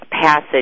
passage